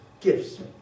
gifts